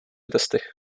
testy